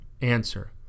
answer